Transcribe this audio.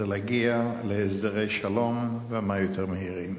זה להגיע להסדרי שלום, וכמה שיותר מהר.